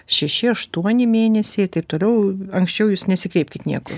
šeši aštuoni mėnesiai taip toliau anksčiau jūs nesikreipkit niekur